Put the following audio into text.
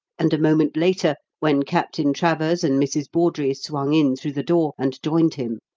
and a moment later, when captain travers and mrs. bawdrey swung in through the door and joined him,